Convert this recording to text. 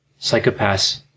psychopaths